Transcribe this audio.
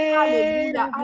Hallelujah